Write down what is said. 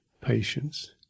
patience